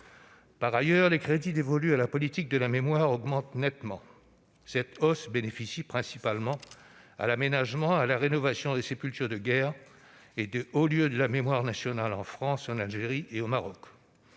Par ailleurs, les crédits dévolus à la politique de mémoire augmentent nettement. Cette hausse bénéficie principalement à l'aménagement et à la rénovation des sépultures de guerre et des hauts lieux de la mémoire nationale en France, en Algérie et au Maroc.